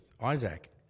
Isaac